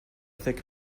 thick